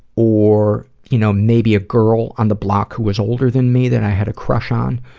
or you know, maybe a girl on the block who was older than me that i had a crush on,